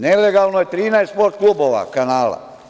Nelegalno je 13 Sport klub kanala.